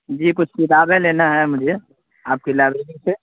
جی کچھ کتابیں لینا ہے مجھے آپ کی لائبریری سے